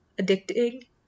addicting